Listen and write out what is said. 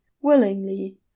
willingly